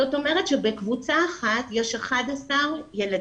זאת אומרת שבקבוצה אחת יש 11 ילדים,